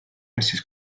mrs